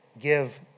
give